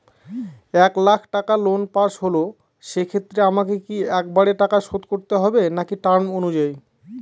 এক লাখ টাকা loan pass হল সেক্ষেত্রে আমাকে কি একবারে টাকা শোধ করতে হবে নাকি টার্ম অনুযায়ী?